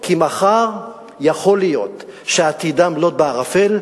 כי מחר יכול להיות שעתידם לוט בערפל,